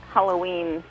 Halloween